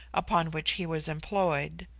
upon which he was employed.